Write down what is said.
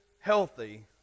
healthy